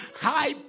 high